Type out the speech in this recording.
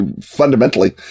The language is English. Fundamentally